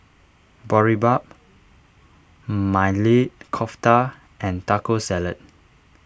Boribap Maili Kofta and Taco Salad